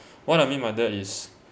what I mean by that is